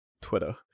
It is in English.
Twitter